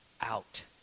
out